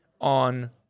on